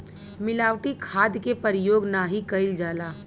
मिलावटी खाद के परयोग नाही कईल जाला